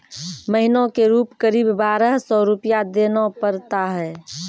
महीना के रूप क़रीब बारह सौ रु देना पड़ता है?